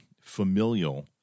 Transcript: familial